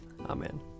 Amen